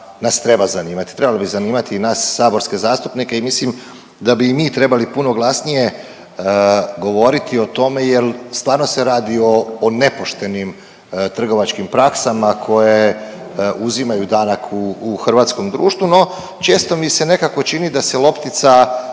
bi zanimati i nas saborske zastupnike i mislim da bi i mi trebali puno glasnije govoriti o tome jer stvarno se radi o nepoštenim trgovačkim praksama koje uzimaju danak u hrvatskom društvu, no često mi se nekako čini da se loptica